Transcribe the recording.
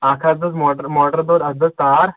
اکھ حظ دٔز موٹر موٹر دوٚد اَتھ دٔز تار